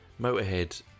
motorhead